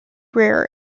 rare